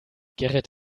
gerrit